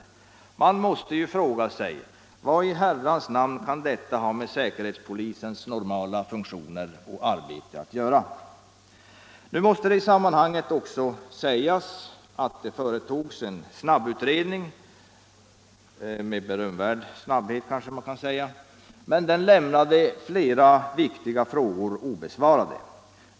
Man måste ju fråga sig: Vad i herrans namn kan detta ha med säkerhetspolisens normala funktioner och arbete att göra? Nu måste det i sammanhanget sägas att det med berömvärd snabbhet företogs en utredning, men den lämnade flera viktiga frågor obesvarade.